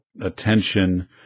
attention